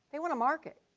they want a market.